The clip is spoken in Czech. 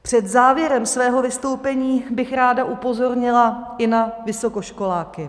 Před závěrem svého vystoupení bych ráda upozornila i na vysokoškoláky.